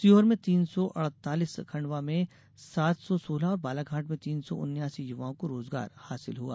सीहोर में तीन सौ अड़तालीस खंडवा में सात सौ सोलह और बालाघाट में तीन सौ उन्यासी युवाओं को रोजगार हासिल हुआ